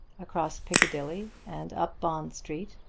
across piccadilly, and up bond street,